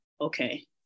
okay